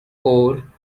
ore